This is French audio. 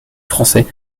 français